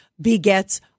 begets